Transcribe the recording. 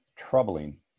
troubling